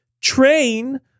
train